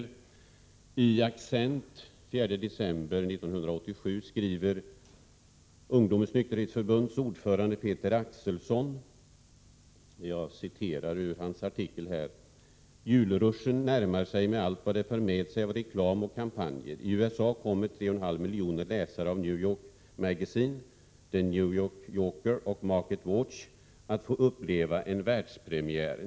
I tidningen ”accent ung” av den 4 december 1987 skriver Ungdomens nykterhetsförbunds ordförande Peter Axelsson så här: ”Julruschen närmar sig med allt vad det för med sig av reklam och kampanjer. I USA kommer 3,5 miljoner läsare av New York Magazine, The New Yorker och Market Watch att få uppleva en världspremiär.